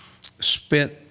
spent